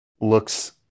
looks